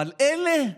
אבל אלה,